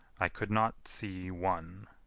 i could not see one.